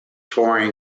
touring